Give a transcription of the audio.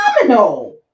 phenomenal